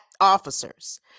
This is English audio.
officers